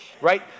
right